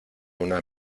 una